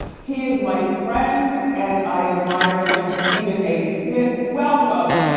he is my friend and i admire him, stephen a. smith, welcome.